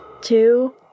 two